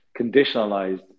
conditionalized